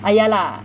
ah yeah lah